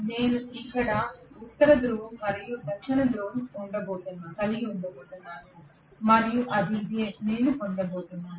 నేను ఇక్కడ ఉత్తర ధ్రువం మరియు దక్షిణ ధ్రువం ఇక్కడ ఉండబోతున్నాను మరియు అది అదే నేను పొందబోతున్నాను